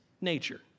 nature